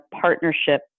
partnership